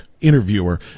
interviewer